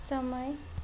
समय